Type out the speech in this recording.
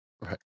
Right